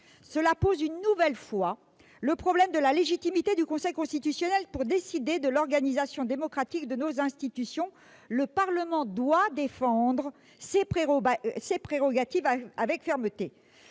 Cela pose une nouvelle fois le problème de la légitimité du Conseil constitutionnel pour décider de l'organisation démocratique de nos institutions. Le Parlement doit défendre ses prérogatives avec fermeté.